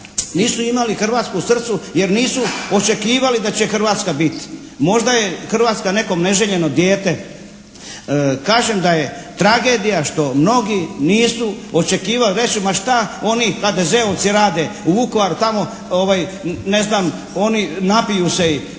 nisu imali Hrvatsku u srcu jer nisu očekivali da će Hrvatska biti. Možda je Hrvatska nekom neželjeno dijete. Kažem da je tragedija što mnogi nisu očekivali, reći ma šta oni HDZ-ovci rade u Vukovaru tamo ne znam oni napiju se i.